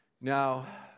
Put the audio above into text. Now